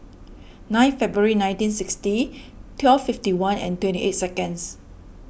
nine February nineteen sixty twelve fifty one and twenty eight seconds